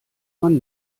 man